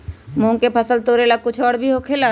मूंग के फसल तोरेला कुछ और भी होखेला?